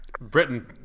Britain